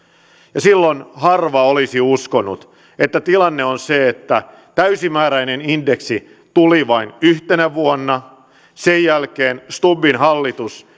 ja silloin harva olisi uskonut että tilanne on se että täysimääräinen indeksi tuli vain yhtenä vuonna sen jälkeen stubbin hallitus